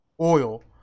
oil